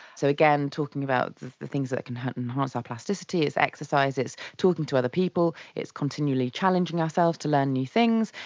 so again, talking about the things that can happen to enhance our plasticity, it's exercise, it's talking to other people, it's continually challenging ourselves to learn new things,